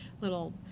little